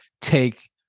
take